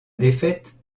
défaite